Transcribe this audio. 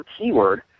keyword